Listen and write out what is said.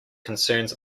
concerns